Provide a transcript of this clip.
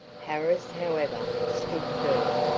harris, however, stood firm.